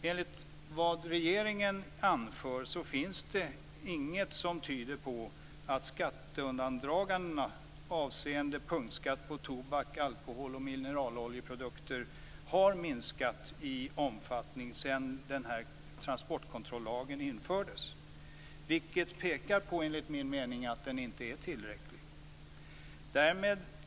Enligt vad regeringen anför finns det inget som tyder på att skatteundandragandena avseende punktskatt på tobak, alkohol och mineraloljeprodukter har minskat i omfattning sedan transportkontrollagen infördes, vilket pekar på att den inte är tillräcklig.